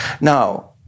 Now